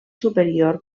superior